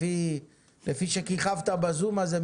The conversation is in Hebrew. לפי שכיכבת בזום הזה,